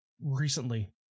recently